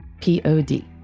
Pod